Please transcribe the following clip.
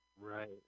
Right